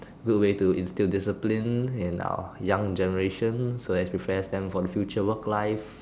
good way to instil discipline in our young generation so as prepares them for future work life